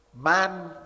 man